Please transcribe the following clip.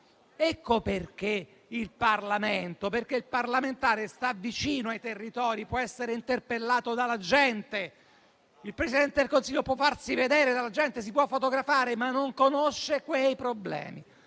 Parlamento: il parlamentare sta vicino ai territori, può essere interpellato dalla gente. Il Presidente del Consiglio può farsi vedere dalla gente, si può fotografare, ma non conosce quei problemi.